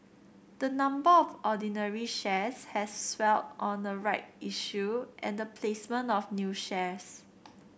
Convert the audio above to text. the number of ordinary shares has swelled on a right issue and the placement of new shares